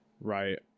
Right